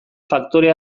faktore